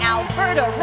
Alberta